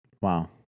Wow